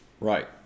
right